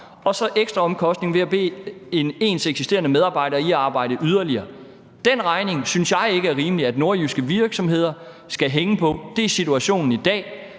og så ekstraomkostningen ved at bede ens eksisterende medarbejdere om at arbejde yderligere. Den regning synes jeg ikke det er rimeligt at nordjyske virksomheder skal hænge på, og det er situationen i dag.